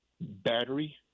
battery